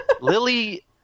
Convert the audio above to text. Lily